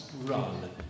run